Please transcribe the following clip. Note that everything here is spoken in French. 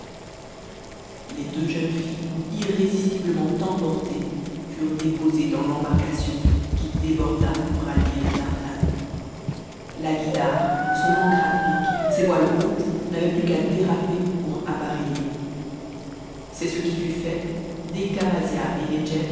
les deux jeunes filles irrésistiblement emportées furent déposées dans l'embarcation qui déborda pour rallier la tartane la guïdare son ancre à pic ses voiles hautes n'avait plus qu'à déraper pour appareiller c'est ce qui fut fait dès